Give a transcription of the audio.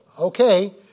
Okay